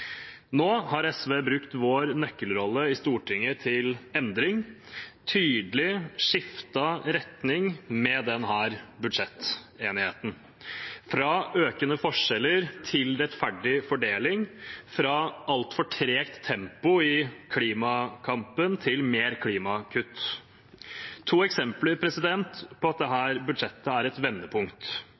Nå har SV brukt sin nøkkelrolle i Stortinget til endring – og tydelig skiftet retning med denne budsjettenigheten: Fra økende forskjeller til rettferdig fordeling, og fra et altfor tregt tempo i klimakampen til mer klimagasskutt. Så til to eksempler på at dette budsjettet er et vendepunkt: